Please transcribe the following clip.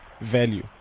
value